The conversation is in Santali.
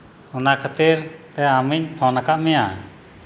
ᱚᱱᱟ ᱠᱷᱟᱹᱛᱤᱨ ᱛᱮ ᱟᱹᱢᱤᱧ ᱯᱷᱳᱱ ᱟᱠᱟᱫ ᱢᱮᱭᱟ